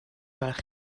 gwelwch